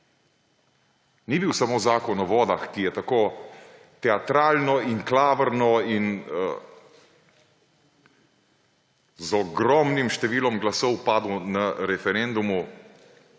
Ni bil samo Zakon o vodah, ki je tako teatralno in klavrno in z ogromnim številom glasov padel na referendumu,